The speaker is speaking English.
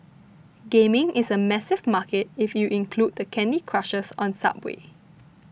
gaming is a massive market if you include the Candy Crushers on subway